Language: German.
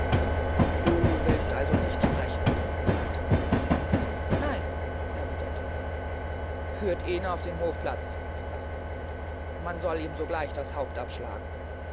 du willst also nicht sprechen fragte manfred nein erwiederte er führt ihn auf den hofplatz sprach manfred man soll ihm sogleich das haupt abschlagen